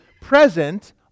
present